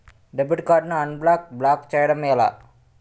Debit card ను unblock block చేయటం ఎలా?